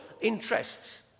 interests